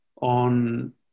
On